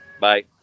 Bye